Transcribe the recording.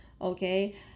okay